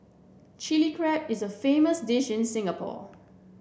Chilli Crab is a famous dish in Singapore